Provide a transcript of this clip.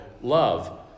love